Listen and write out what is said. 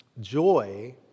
joy